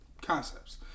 concepts